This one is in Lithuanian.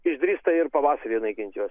išdrįsta ir pavasarį naikint juos